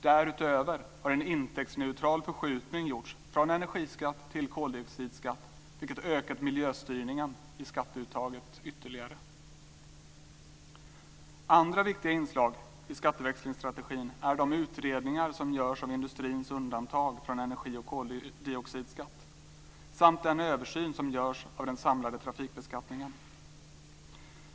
Därutöver har en intäktsneutral förskjutning gjorts från energiskatt till koldioxidskatt, vilket ökat miljöstyrningen i skatteuttaget ytterligare. Andra viktiga inslag i skatteväxlingsstrategin är de utredningar som görs av industrins undantag från energi och koldioxidskatt samt den översyn som görs av den samlade trafikbeskattningen.